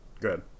Good